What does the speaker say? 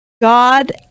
God